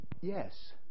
Yes